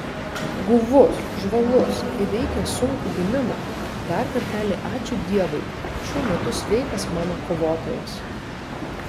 guvus žvalus įveikęs sunkų gimimą dar kartelį ačiū dievui šiuo metu sveikas mano kovotojas